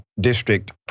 district